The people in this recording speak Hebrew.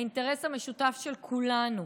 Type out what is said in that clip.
האינטרס המשותף של כולנו